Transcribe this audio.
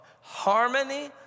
harmony